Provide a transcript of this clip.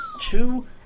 two –